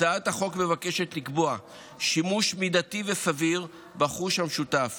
הצעת החוק מבקשת לקבוע שימוש מידתי וסביר ברכוש המשותף